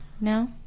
No